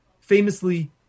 famously